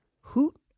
hoot